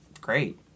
great